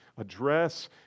Address